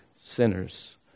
sinners